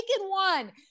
one